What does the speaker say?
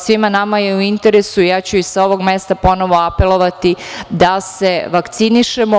Svima nama je u interesu, ja ću i sa ovog mesta ponovo apelovati da se vakcinišemo.